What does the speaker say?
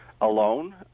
alone